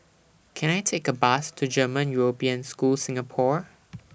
Can I Take A Bus to German European School Singapore